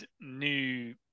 new